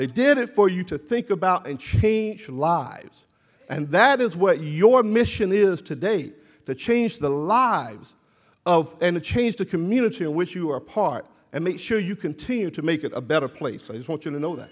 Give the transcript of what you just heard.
they did it for you to think about and change their lives and that is what your mission is today that changed the lives of and changed a community in which you are part and make sure you continue to make it a better place i just want you to know that